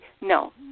No